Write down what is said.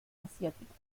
asiática